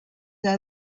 are